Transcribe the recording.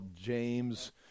James